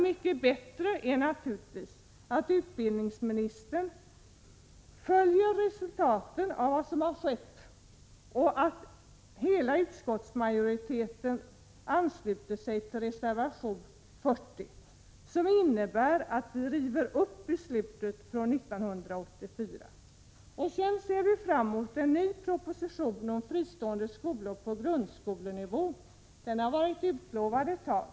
Mycket bättre vore naturligtvis att utbildningsministern följer utvecklingen och hela utskottsmajoriteten anslöt sig till reservation 40, som innebär att vi river upp beslutet från 1984. Vi ser fram mot en ny proposition om de fristående skolorna på grundskolenivå — den har varit utlovad ett tag nu.